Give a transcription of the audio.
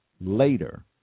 later